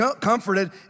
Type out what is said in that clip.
comforted